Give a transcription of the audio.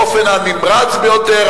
באופן הנמרץ ביותר,